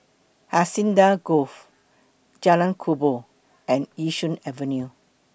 Hacienda Grove Jalan Kubor and Yishun Avenue